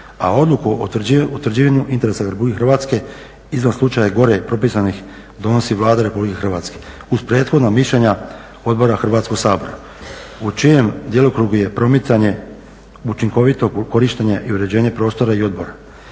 a odluku o utvrđivanju interesa RH … slučaja gore propisanih donosi Vlada RH uz prethodno mišljenje Odbora Hrvatskog sabora u čijem djelokrugu je promicanje učinkovitog korištenja i uređenja prostora i odbora